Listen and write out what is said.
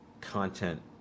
content